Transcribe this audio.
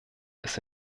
ist